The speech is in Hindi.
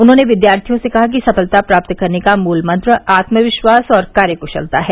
उन्होंने विद्यार्थियों से कहा कि सफलता प्राप्त करने का मूल मंत्र आत्मविश्वास और कार्यक्शलता है